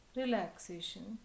relaxation